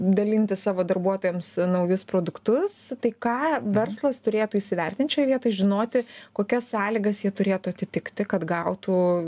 dalinti savo darbuotojams naujus produktus tai ką verslas turėtų įsivertint šioj vietoj žinoti kokias sąlygas jie turėtų atitikti kad gautų